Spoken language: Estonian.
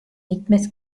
mitmes